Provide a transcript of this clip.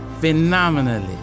Phenomenally